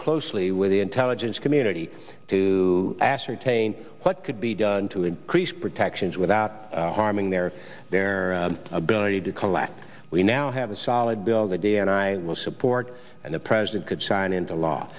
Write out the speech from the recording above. closely with the intelligence community to ascertain what could be done to increase protections without harming their their ability to collect we now have a solid bill the d n i will support and the president could sign into law